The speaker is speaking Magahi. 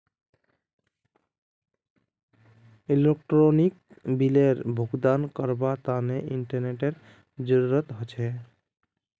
इलेक्ट्रानिक बिलेर भुगतान करवार तने इंटरनेतेर जरूरत ह छेक